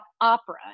opera